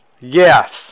Yes